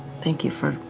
thank you for